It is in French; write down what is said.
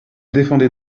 défendez